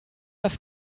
das